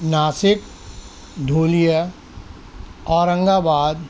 ناسک دھولیا اورنگ آباد